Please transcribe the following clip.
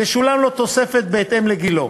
תשולם לו תוספת בהתאם לגילו.